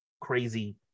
crazy